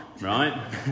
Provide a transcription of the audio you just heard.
right